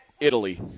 Italy